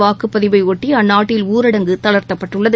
வாக்குப்பதிவை ஒட்டி அந்நாட்டில் ஊரடங்கு தளர்த்தப்பட்டுள்ளது